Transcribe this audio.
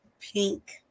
pink